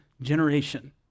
generation